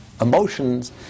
emotions